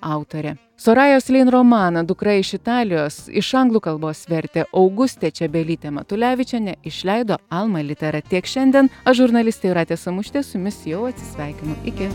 autorė sorajos lein romaną dukra iš italijos iš anglų kalbos vertė augustė čebelytė matulevičienė išleido alma litera tiek šiandien aš žurnalistė jūratė samušytė su jumis jau atsisveikino iki